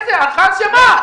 הנחיה שמה?